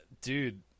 dude